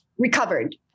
recovered